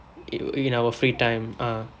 it would be in our free time ah